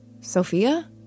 Sophia